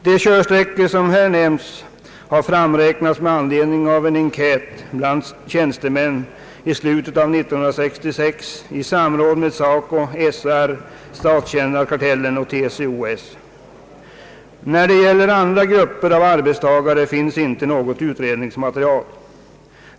De körsträckor som här nämnts har framräknats med ledning av en enkät bland tjänstemän i slutet av 1966 i samråd med SACO, SR, statstjänarkartellen och TCO-S. När det gäller andra grupper av arbetstagare finns inte något utredningsmaterial.